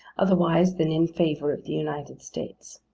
otherwise than in favour of the united states.